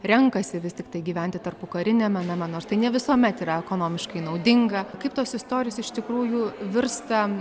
renkasi vis tiktai gyventi tarpukariniame name nors tai ne visuomet yra ekonomiškai naudinga kaip tos istorijos iš tikrųjų virsta